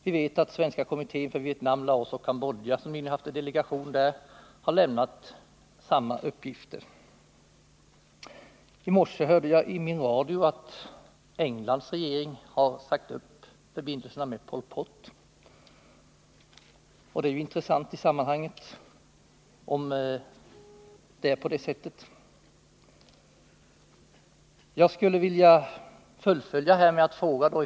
Vi vet att Svenska kommittén för Vietnam, Laos och Cambodja, som nyligen haft en delegation där, har lämnat samma uppgifter. I morse hörde jag i min radio att Englands regering har sagt upp förbindelserna med Pol Pot. Det är intressant i sammanhanget om det är på det sättet. Jag skulle vilja ställa två följdfrågor till utrikesministern.